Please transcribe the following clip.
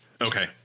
Okay